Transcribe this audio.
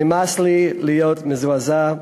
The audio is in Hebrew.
נמאס לי להיות מזועזע,